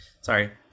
Sorry